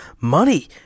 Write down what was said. money